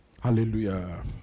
Hallelujah